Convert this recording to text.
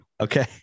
okay